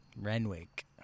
Renwick